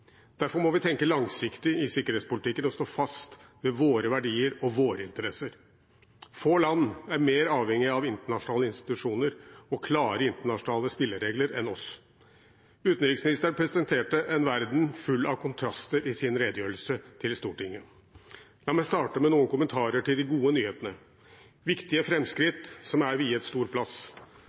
Derfor må vi tenke langsiktig i sikkerhetspolitikken og stå fast ved våre verdier og våre interesser. Få land er mer avhengig av internasjonale institusjoner og klare internasjonale spilleregler enn oss. Utenriksministeren presenterte en verden full av kontraster i sin redegjørelse til Stortinget. La meg starte med noen kommentarer til de gode nyhetene, viktige framskritt som er viet stor plass: